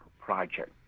project